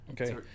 Okay